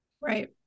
Right